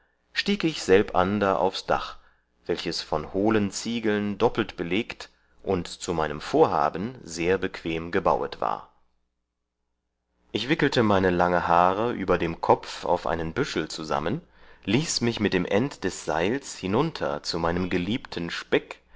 stieg ich selbander aufs dach welches von hohlen ziegeln doppelt belegt und zu meinem vorhaben sehr bequem gebauet war ich wickelte meine lange haare über dem kopf auf einen büschel zusammen ließ mich mit einem end des sails hinunter zu meinem geliebten speck